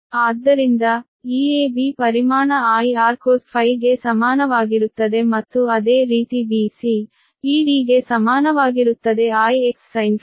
ಆದ್ದರಿಂದ ಈ AB ಪರಿಮಾಣ I R cos⁡∅ ಗೆ ಸಮಾನವಾಗಿರುತ್ತದೆ ಮತ್ತು ಅದೇ ರೀತಿ BC ED ಗೆ ಸಮಾನವಾಗಿರುತ್ತದೆ I X sin⁡∅